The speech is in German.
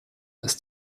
ist